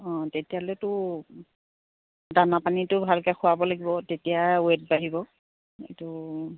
অঁ তেতিয়ালৈতো দানা পানীটো ভালকৈ খোৱাব লাগিব তেতিয়া ৱেট বাঢ়িব এইটো